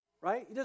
Right